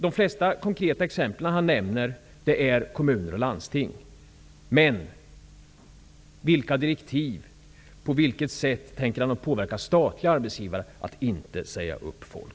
De flesta konkreta exempel han nämner är kommuner och landsting. Vilka direktiv tänker han ge, och på vilket sätt tänker han påverka statliga arbetsgivare att inte säga upp folk?